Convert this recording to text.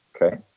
Okay